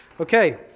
Okay